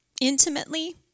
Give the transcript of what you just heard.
intimately